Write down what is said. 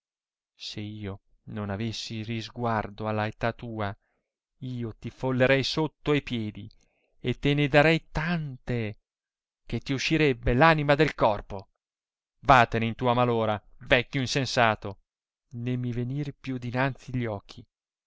se io non avessi risguardo alla età tua io ti follerei sotto e piedi e te ne darei tante che ti uscirebbe l'anima del corpo vatene in tua mal ora vecchio insensato né mi venir più dinanzi gli occhi